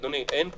אדוני, אין כוונה.